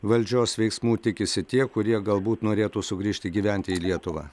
valdžios veiksmų tikisi tie kurie galbūt norėtų sugrįžti gyventi į lietuvą